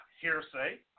hearsay